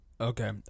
Okay